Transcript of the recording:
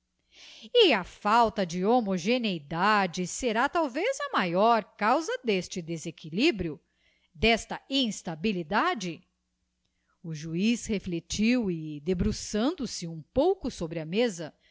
e a falta de homogeneidade será talvez a maicr causa deste desequilibrio desta instabilidade o juiz reflectiu e desbruçando se um pouco sobre a mesa